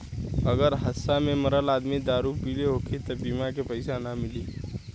अगर हादसा में मरल आदमी दारू पिले होखी त बीमा के पइसा ना मिली